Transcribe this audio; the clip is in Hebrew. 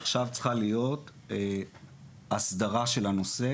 עכשיו צריכה להיות הסדרה של הנושא.